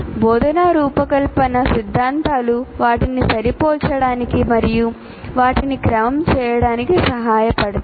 బోధనా రూపకల్పన సిద్ధాంతాలు వాటిని సరిపోల్చడానికి మరియు వాటిని క్రమం చేయడానికి సహాయపడతాయి